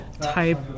type